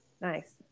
Nice